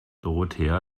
dorothea